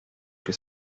que